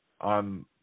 On